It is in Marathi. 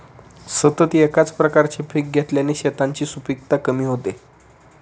सतत एकाच प्रकारचे पीक घेतल्याने शेतांची सुपीकता कमी होते